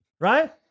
right